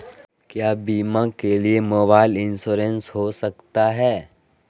क्या बीमा के लिए मोबाइल इंश्योरेंस हो सकता है?